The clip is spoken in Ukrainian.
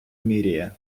міряє